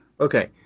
Okay